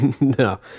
no